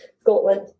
Scotland